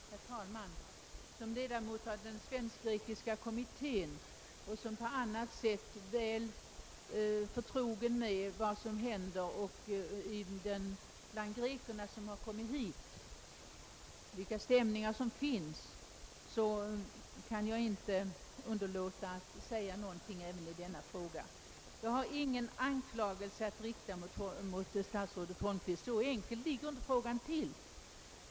Herr talman! Som ledamot av Svenska kommittén för Greklands demokrati och som på annat sätt väl förtrogen med vad som händer bland de greker som har kommit hit, med vilka stämningar som finns, kan jag inte underlåta att säga några ord i denna fråga. Jag har ingen anklagelse att rikta mot statsrådet Holmqvist; så enkelt ligger inte frågan till.